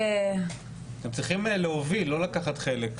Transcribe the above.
אתם צריכים להוביל, לא לקחת חלק.